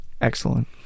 excellent